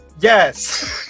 Yes